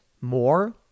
more